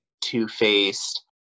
two-faced